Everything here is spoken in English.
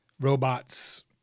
robots